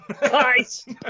Guys